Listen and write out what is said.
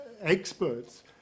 experts